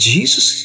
Jesus